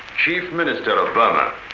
chief minister but